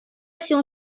się